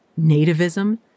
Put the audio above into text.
Nativism